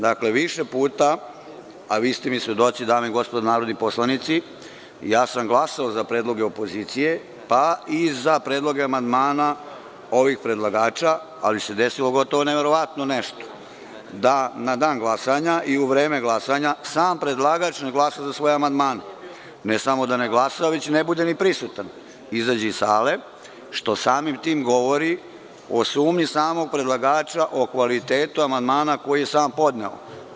Dakle, više puta, a vi ste mi svedoci, dame i gospodo narodni poslanici, ja sam glasao za predloge opozicije, pa i za predloge amandmana ovih predlagača, ali se desilo gotovo neverovatno nešto, da na dan glasanja i u vreme glasanja sam predlagač nije glasao za svoje amandmane i ne samo da ne glasa, već ne bude ni prisutan, izađe iz sale, što samim tim govori o sumnji samog predlagača o kvalitetu amandmana koji je sam podneo.